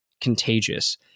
contagious